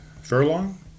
Furlong